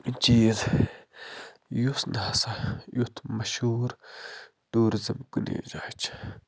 چیٖز یُس نہٕ ہسا یُتھ مہشوٗر ٹُوٗرِزٕم کُنی جایہِ چھُ